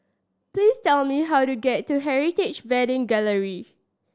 please tell me how to get to Heritage Wedding Gallery